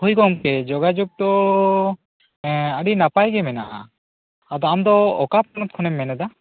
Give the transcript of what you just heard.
ᱦᱚᱭ ᱜᱚᱝᱠᱮ ᱡᱚᱜᱟᱡᱳᱜᱽ ᱛᱚ ᱮᱸ ᱟᱹᱰᱤ ᱱᱟᱯᱟᱭ ᱜᱮ ᱢᱮᱱᱟᱜᱼᱟ ᱟᱫᱚ ᱟᱢᱫᱚ ᱚᱠᱟ ᱯᱚᱱᱚᱛ ᱠᱷᱚᱱᱮᱢ ᱢᱮᱱᱮᱫᱟ